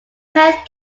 head